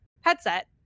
headset